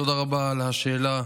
תודה רבה על השאלה,